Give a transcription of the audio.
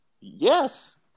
Yes